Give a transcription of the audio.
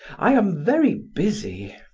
i am very busy.